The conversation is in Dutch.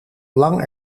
lang